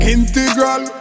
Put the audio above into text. Integral